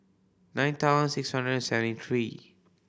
nine thousand six hundred and seventy three